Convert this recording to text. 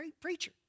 preacher